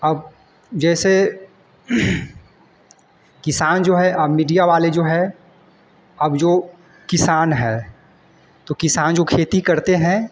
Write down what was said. अब जैसे किसान जो है मीडिया वाले जो है अब जो किसान है तो किसान जो खेती करते हैं